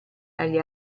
agli